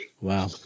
Wow